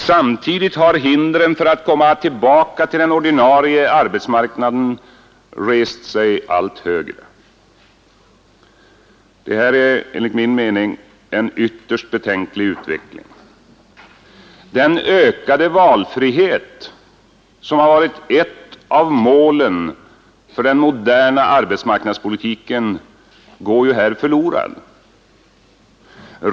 Samtidigt har hindren för att komma tillbaka till den ordinarie arbetsmarknaden rest sig allt högre. Det här är enligt min mening en ytterst betänklig utveckling. Den ökade valfrihet som har varit ett av målen för den moderna arbetsmarknadspolitiken går ju här förlorad.